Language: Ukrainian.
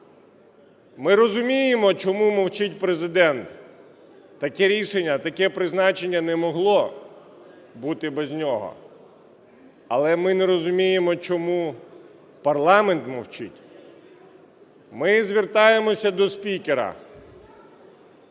Ми розуміємо, чому мовчить Президент. Таке рішення, таке призначення не могло бути без нього. Але ми не розуміємо, чому парламент мовчить. Ми звертаємося до спікера